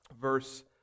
verse